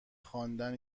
خواندن